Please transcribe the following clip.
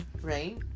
right